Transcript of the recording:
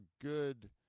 good